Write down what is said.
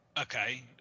Okay